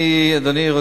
אדוני,